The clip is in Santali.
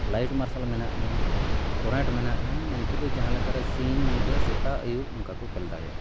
ᱞᱟᱭᱤᱴ ᱢᱟᱨᱥᱟᱞ ᱢᱮᱱᱟᱜᱼᱟ ᱠᱟᱨᱮᱱᱴ ᱢᱮᱱᱟᱜᱼᱟ ᱩᱱᱠᱩ ᱫᱚ ᱡᱟᱦᱟᱸ ᱞᱮᱠᱟᱨᱮ ᱥᱤᱧ ᱧᱤᱫᱟᱹ ᱥᱮᱛᱟᱜ ᱟᱹᱭᱩᱵ ᱚᱱᱠᱟ ᱠᱚ ᱠᱷᱮᱞ ᱫᱟᱲᱮᱭᱟᱜᱼᱟ